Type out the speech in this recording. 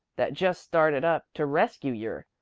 that jest started up, to rescue yer?